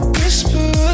Whisper